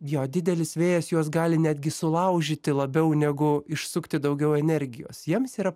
jo didelis vėjas juos gali netgi sulaužyti labiau negu išsukti daugiau energijos jiems yra